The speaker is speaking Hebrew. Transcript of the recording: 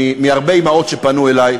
מהרבה אימהות שפנו אלי,